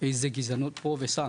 איזו גזענות יש פה".